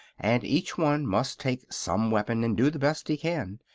and each one must take some weapon and do the best he can.